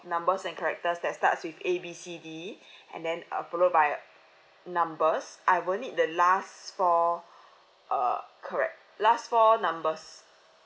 number and characters that starts with A B C D and then uh followed by numbers I would need the last four uh charac~ last four numbers